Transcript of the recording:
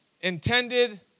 intended